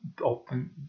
open